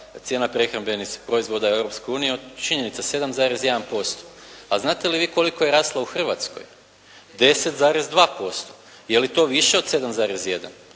cijena prehrambenih proizvoda u Europskoj uniji. Činjenica 7,1%. A znate li vi koliko je rasla u Hrvatskoj? 10,2%. Je li to više od 7,1.